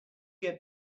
get